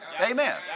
Amen